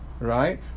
Right